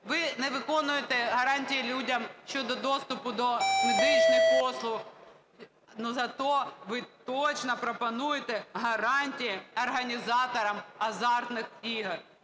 Ви не виконуєте гарантії людям щодо доступу до медичних послуг, но зато ви точно пропонуєте гарантії організаторам азартних ігор.